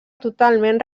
totalment